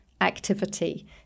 activity